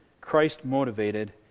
Christ-motivated